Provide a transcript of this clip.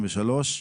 טוב,